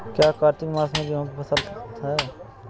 क्या कार्तिक मास में गेहु की फ़सल है?